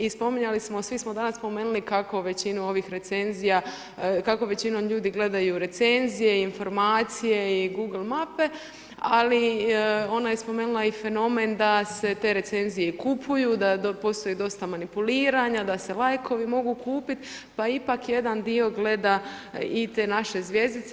I spominjali smo, svi smo danas spomenuli, kako većina ovih recenzija, kako većinom ljudi gledaju recenzije, informacije i google mape, ali ona je spomenula i fenomen da se te recenzije i kupuju da postoji dosta manipuliranja, da se lajkovi mogu kupiti, pa ipak jedan dio gleda i te naše zvjezdice.